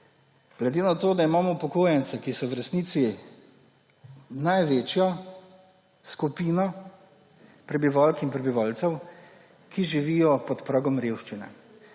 Glede na to, da imamo upokojence, ki so v resnici največja skupina prebivalk in prebivalcev, ki živijo pod pragom revščine,